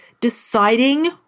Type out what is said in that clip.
deciding